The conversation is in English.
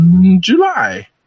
July